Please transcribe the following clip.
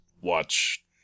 watch